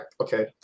okay